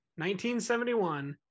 1971